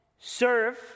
serve